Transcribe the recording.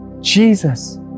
Jesus